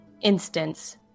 instance